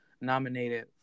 nominated